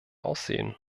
aussehen